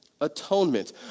Atonement